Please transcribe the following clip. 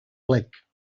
plec